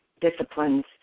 disciplines